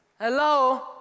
Hello